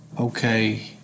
okay